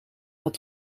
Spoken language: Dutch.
het